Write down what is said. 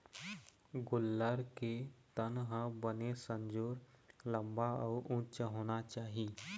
गोल्लर के तन ह बने संजोर, लंबा अउ उच्च होना चाही